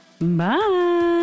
bye